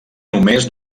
només